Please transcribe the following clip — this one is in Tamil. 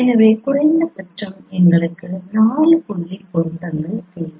எனவே குறைந்தபட்சம் எங்களுக்கு 4 புள்ளி பொருத்தங்கள் தேவை